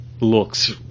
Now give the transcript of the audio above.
looks